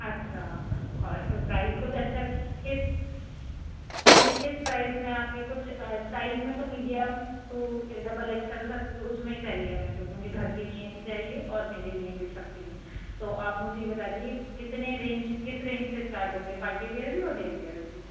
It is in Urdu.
اچھا اور پرائز کچھ اچھا کس نہیں کس پرائز میں آپ کے کچھ سائز میں تو medium to double X L سب اس میں ہی چاہیے ہمیں تو کیونکہ گھر کے لیے بھی چاہیے اور میرے لیے بھی سب کے لیے تو آپ مجھے یہ بتا دیجے کتنے رینج کس رینج سے اسٹارٹ ہوں گے پارٹی ویئر بھی اور ڈیلی ویئرس بھی